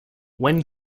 when